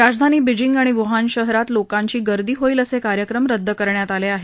राजधानी बीजींग आणि वुहान शहरात लोकांची गर्दी होईल असे कार्यक्रम रद्द करण्यात आले आहेत